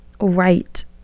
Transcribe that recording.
right